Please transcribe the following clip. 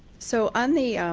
so, on the